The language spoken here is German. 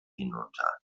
hinunter